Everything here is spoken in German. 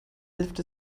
hilft